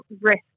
risk